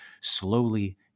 slowly